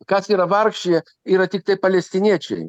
kas yra vargšai yra tiktai palestiniečiai